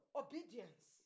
obedience